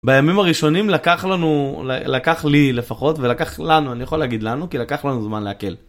בימים הראשונים לקח לנו לקח לי לפחות ולקח לנו אני יכול להגיד לנו כי לקח לנו זמן לעכל.